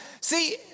See